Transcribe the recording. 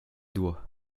doigts